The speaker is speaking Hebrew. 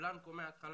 בלנקו מההתחלה,